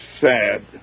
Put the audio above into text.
sad